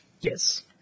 Yes